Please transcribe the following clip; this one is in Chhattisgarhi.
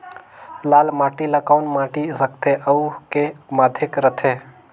लाल माटी ला कौन माटी सकथे अउ के माधेक राथे?